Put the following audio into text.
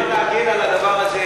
סליחה, אני מוכן להגן על הדבר הזה.